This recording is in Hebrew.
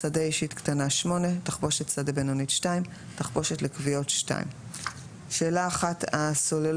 שדה אישית קטנה 8 תחבושת-שדה בינונית 2 תחבושת לכוויות 2 שאלה: הסוללות,